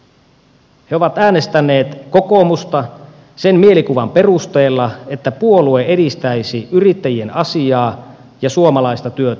he ovat äänestäneet kokoomusta sen mielikuvan perusteella että puolue edistäisi yrittäjien asiaa ja suomalaista työtä hallituksessa